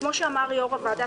כמו שאמר יו"ר הוועדה,